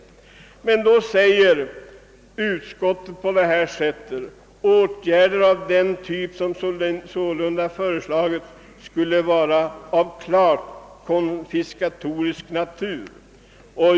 Mot detta säger utskottet: »Åtgärder av den typ som sålunda föreslagits skulle vara av klart konfiskatorisk natur.